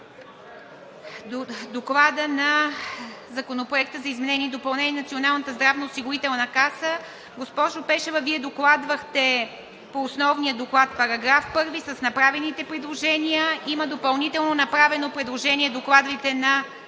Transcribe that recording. Доклада на Законопроекта за изменение и допълнение на Закона за Националната здравноосигурителна каса. Госпожо Пешева, докладвахте по основния доклад § 1 заедно с направените предложения. Има направено допълнително предложение за докладите на